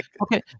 okay